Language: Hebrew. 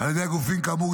על ידי הגופים כאמור,